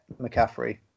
McCaffrey